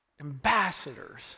ambassadors